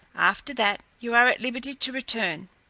after that you are at liberty to return.